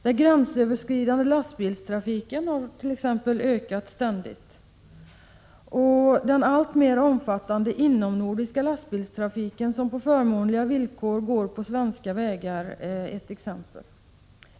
Den gränsöverskridande lastbilstrafiken ökar ständigt, och den alltmer omfattande inomnordiska lastbilstrafiken, som på förmånliga villkor går på svenska vägar, är ett exempel.